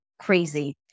crazy